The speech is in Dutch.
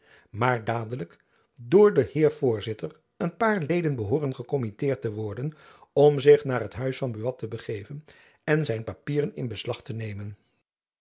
maar dadelijk door den heer voorzitter een paar leden behooren gekommitteerd te worden om zich naar het huis van buat te begeven en zijn papieren in beslag te nemen